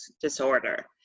disorder